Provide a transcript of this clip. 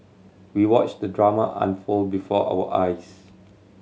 we watched the drama unfold before our eyes